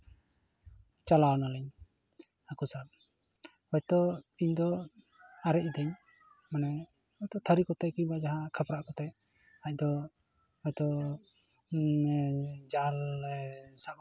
ᱪᱟᱞᱟᱣᱱᱟᱞᱤᱧ ᱦᱟᱠᱩ ᱥᱟᱵ ᱦᱳᱭᱛᱚ ᱤᱧ ᱫᱚ ᱟᱨᱮᱡ ᱤᱫᱟᱹᱧ ᱢᱟᱱᱮ ᱦᱚᱭᱛᱳ ᱛᱷᱟᱹᱨᱤ ᱠᱚᱛᱮ ᱠᱤᱝᱵᱟ ᱡᱟᱸᱦᱟᱱᱟᱜ ᱠᱷᱟᱯᱨᱟᱜ ᱠᱚᱛᱮ ᱟᱡᱫᱚ ᱦᱚᱭᱛᱚ ᱢᱟᱱᱮ ᱡᱟᱞᱮ ᱥᱟᱵ ᱠᱟᱫᱟ